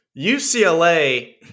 UCLA